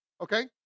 Okay